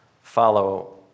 follow